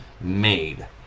made